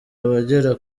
abagera